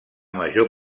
major